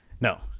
no